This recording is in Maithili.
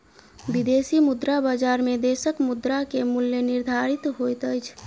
विदेशी मुद्रा बजार में देशक मुद्रा के मूल्य निर्धारित होइत अछि